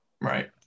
Right